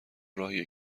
راهیه